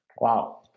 Wow